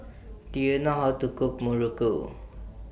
Do YOU know How to Cook Muruku